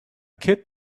kid